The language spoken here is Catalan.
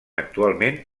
actualment